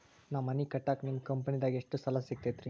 ನಾ ಮನಿ ಕಟ್ಟಾಕ ನಿಮ್ಮ ಕಂಪನಿದಾಗ ಎಷ್ಟ ಸಾಲ ಸಿಗತೈತ್ರಿ?